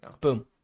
Boom